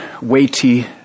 weighty